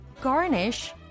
Garnish